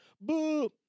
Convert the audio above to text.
boo